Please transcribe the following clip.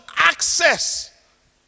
access